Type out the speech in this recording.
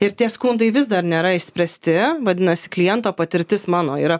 ir tie skundai vis dar nėra išspręsti vadinasi kliento patirtis mano yra